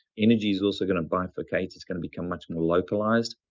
energy is also going to bifurcate. it's going to become much more localized.